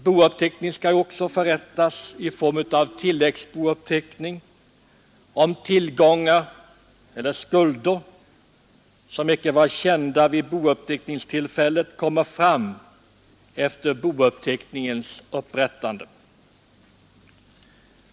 Bouppteckning skall också förrättas i form av en tilläggsbouppteckning om tillgångar eller skulder, som icke var kända vid bouppteckningstillfället, kommer fram efter bouppteckningens upprättande.